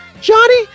Johnny